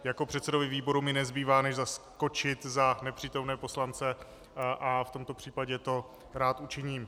Jako předsedovi výboru mi nezbývá než zaskočit za nepřítomné poslance a v tomto případě to rád učiním.